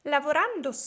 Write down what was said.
Lavorando